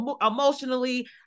emotionally